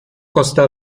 costa